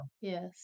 Yes